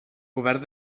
govern